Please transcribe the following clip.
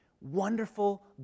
wonderful